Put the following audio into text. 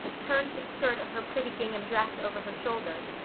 turned the skirt of her pretty gingham dress over her shoulders,